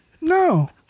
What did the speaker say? No